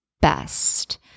best